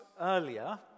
earlier